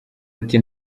ati